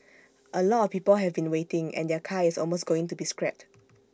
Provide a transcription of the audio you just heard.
A lot of people have been waiting and their car is almost going to be scrapped